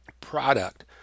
product